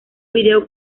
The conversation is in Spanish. vídeo